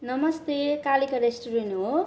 नमस्ते कालिका रेस्टुरेन्ट हो